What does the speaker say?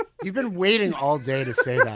ah you've been waiting all day to say yeah